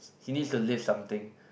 he needs to lift something